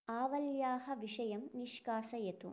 आवल्याः विषयं निष्कासयतु